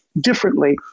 differently